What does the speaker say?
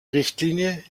richtlinie